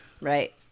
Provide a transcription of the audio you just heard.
Right